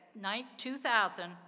2000